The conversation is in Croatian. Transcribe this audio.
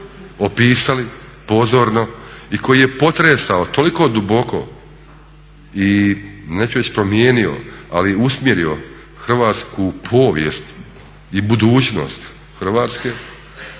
opisali pozorno i koji je potresao toliko duboko i neću reći promijenio ali usmjerio hrvatsku povijest i budućnost Hrvatske,